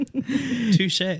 Touche